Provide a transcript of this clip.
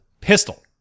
pistol